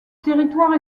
territoire